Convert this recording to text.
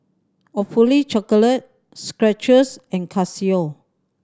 Awfully Chocolate Skechers and Casio